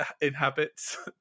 inhabits